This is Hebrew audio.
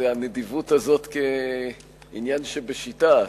את הנדיבות הזאת כעניין שבשיטה,